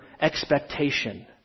expectation